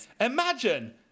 Imagine